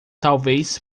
talvez